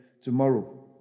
tomorrow